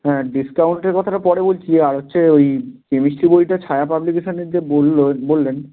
হ্যাঁ ডিসকাউন্টের কথাটা পরে বলছি আর হচ্ছে ওই কেমিস্ট্রি বইটা ছায়া পাবলিকেশনের যে বললো বললেন